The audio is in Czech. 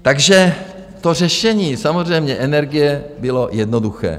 Takže to řešení samozřejmě energie bylo jednoduché.